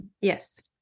Yes